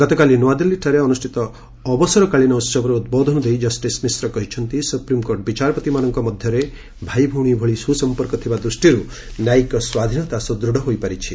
ଗତକାଲି ନୂଆଦିଲ୍ଲୀରେ ଅନ୍ତଷ୍ଠିତ ଅବସରକାଳୀନ ଉହବରେ ଉଦ୍ବୋଧନ ଦେଇ ଜଷ୍ଟିସ୍ ମିଶ୍ର କହିଛନ୍ତି ସୁପ୍ରିମ୍କୋର୍ଟ ବିଚାରପତିମାନଙ୍କ ମଧ୍ୟରେ ଭାଇଭଉଣୀ ଭଳି ସୁସମ୍ପର୍କ ଥିବା ଦୃଷ୍ଟିରୁ ନ୍ୟାୟିକ ସ୍ୱାଧୀନତା ସୁଦୃଢ଼ ହୋଇପାରିଛି